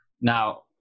now